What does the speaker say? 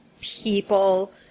people